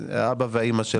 אבא ואימא של